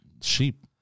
sheep